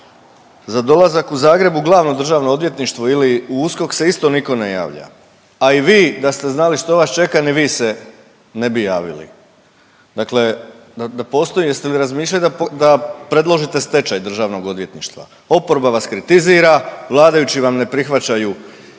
Za dolazak u Zagreb u Glavno državno odvjetništvo ili u USKOK se isto nitko ne javlja, a i vi, da ste znali što vas čeka, ni vi se ne bi javili. Dakle, da postoji, jeste li razmišljali da predložite stečaj DORH-a? Oporba vas kritizira, vladajući vam ne prihvaćaju